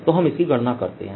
तो हम इसकी गणना करते हैं